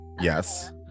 yes